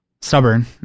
stubborn